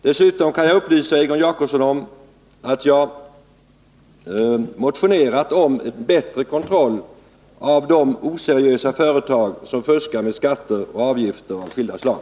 Dessutom kan jag upplysa Egon Jacobsson om att jag har motionerat om bättre kontroll av de oseriösa företag som fuskar med skatter och avgifter av skilda slag.